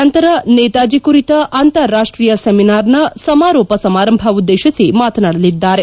ನಂತರ ನೇತಾಜಿ ಕುರಿತ ಅಂತಾರಾಷ್ಷೀಯ ಸೆಮಿನಾರ್ನ ಸಮಾರೋಪ ಸಮಾರಂಭ ಉದ್ದೇಶಿಸಿ ಮಾತನಾಡಲಿದ್ದಾರೆ